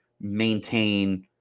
maintain